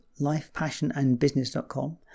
lifepassionandbusiness.com